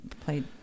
Played